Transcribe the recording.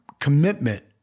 commitment